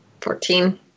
Fourteen